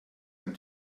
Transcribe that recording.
ein